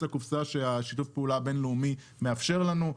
לקופסה ששיתוף הפעולה הבין-לאומי מאפשר לנו.